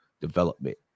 development